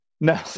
No